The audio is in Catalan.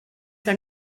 que